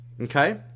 Okay